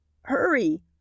Hurry